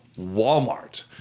Walmart